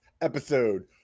episode